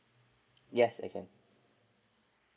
yes I can